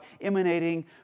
emanating